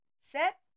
Set